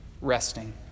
resting